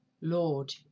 Lord